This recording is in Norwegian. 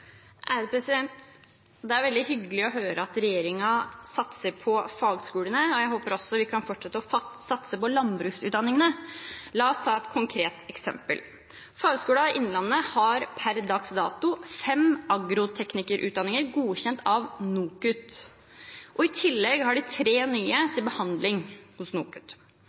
Det er veldig hyggelig å høre at regjeringen satser på fagskolene, og jeg håper at vi kan fortsette å satse på landbruksutdanningene. La oss ta et konkret eksempel: Fagskolen Innlandet har per dags dato fem agroteknikerutdanninger godkjent av NOKUT. I tillegg har de tre nye til behandling hos NOKUT.